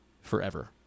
forever